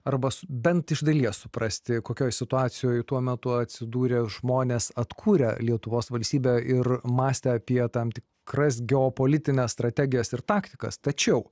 arba su bent iš dalies suprasti kokioje situacijoje tuo metu atsidūrę žmonės atkūrę lietuvos valstybę ir mąstę apie tam tikras geopolitines strategijas ir taktikas tačiau